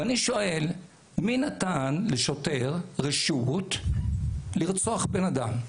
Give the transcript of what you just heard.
ואני שואל: מי נתן לשוטר רשות לרצוח בן אדם?